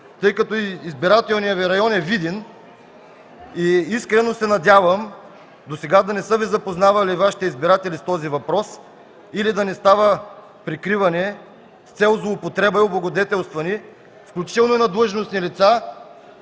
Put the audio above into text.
тъй като избирателният Ви район е Видин и искрено се надявам досега да не са Ви запознавали Вашите избиратели с този въпрос, или да не става прикриване с цел злоупотреба и облагодетелстване, включително на длъжностни лица